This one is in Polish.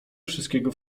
wszystkiego